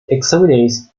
examines